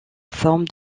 forme